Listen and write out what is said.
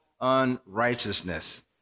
unrighteousness